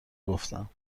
گفتم